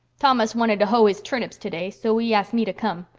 thomas wanted to hoe his turnips today so he asked me to come.